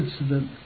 incident